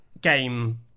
game